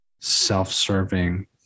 self-serving